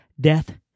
Death